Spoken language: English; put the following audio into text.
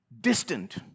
distant